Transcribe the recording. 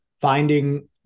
finding